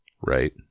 Right